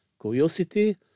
Curiosity